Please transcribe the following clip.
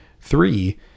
three